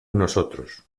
nosotros